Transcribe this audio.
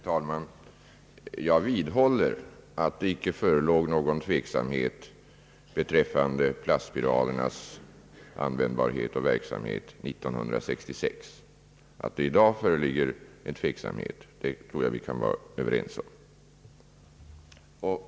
Herr talman! Jag vidhåller att det icke förelåg någon tveksamhet beträffande plastspiralernas användbarhet och verkningar 1966. Att det i dag föreligger tveksamhet tror jag vi kan vara överens om.